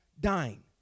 dying